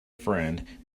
friend